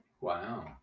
Wow